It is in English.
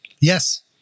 Yes